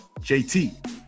JT